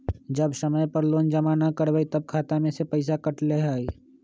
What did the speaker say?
जब समय पर लोन जमा न करवई तब खाता में से पईसा काट लेहई?